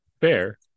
Fair